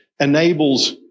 enables